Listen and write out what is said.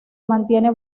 mantiene